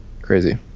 Crazy